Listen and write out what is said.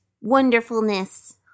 wonderfulness